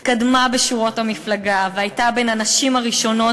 התקדמה בשורות המפלגה והייתה בין הנשים הראשונות